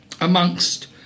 amongst